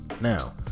Now